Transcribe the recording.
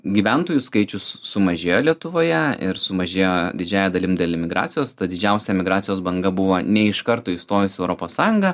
gyventojų skaičius sumažėjo lietuvoje ir sumažėjo didžiąja dalimi dėl imigracijos ta didžiausia emigracijos banga buvo ne iš karto įstojus į europos sąjungą